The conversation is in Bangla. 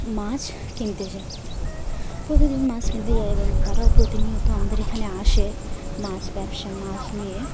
মাছ কিনতে যাই প্রতিদিন মাছ কিনতে যাই এবং তারাও প্রতিনিয়ত আমাদের এখানে আসে মাছ ব্যবসা মাছ নিয়ে